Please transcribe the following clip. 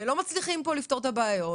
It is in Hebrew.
ולא מצליחים לפתור פה את הבעיות,